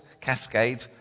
cascade